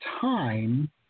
time